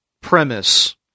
premise